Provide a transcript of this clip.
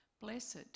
Blessed